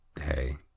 hey